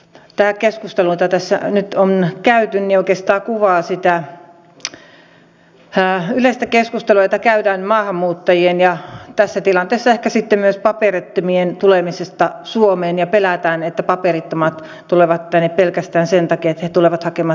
tämä keskustelu jota tässä nyt on käyty oikeastaan kuvaa sitä yleistä keskustelua jota käydään maahanmuuttajien ja tässä tilanteessa ehkä sitten myös paperittomien tulemisesta suomeen ja pelätään että paperittomat tulevat tänne pelkästään sen takia että he tulevat hakemaan terveydenhoitoa